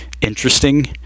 interesting